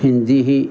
Hindi ही